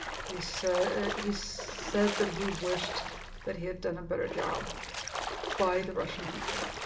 he so he said that he wished that he had done a better job by the russian people,